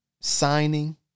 signing